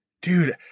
dude